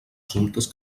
assumptes